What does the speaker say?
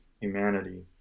humanity